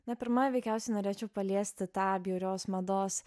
na pirma veikiausiai norėčiau paliesti tą bjaurios mados